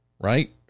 right